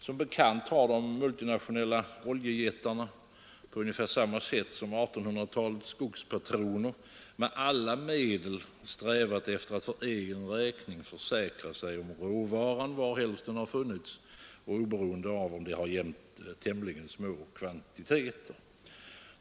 Som bekant har de multinationella oljejättarna — ungefär på samma sätt som 1800-talets skogspatroner — med alla medel strävat efter att för egen räkning försäkra sig om råvaran, varhelst den funnits och oberoende av om det gällt tämligen små kvantiteter.